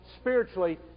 spiritually